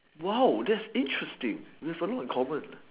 !wow! that's interesting that a lot in common